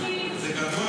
יושבים כאן ומקשיבים,